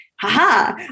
haha